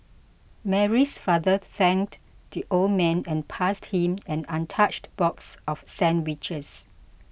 Mary's father thanked the old man and passed him an untouched box of sandwiches